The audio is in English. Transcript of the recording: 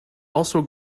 also